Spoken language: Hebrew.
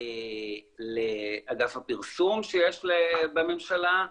לאגף הפרסום שיש בממשלה,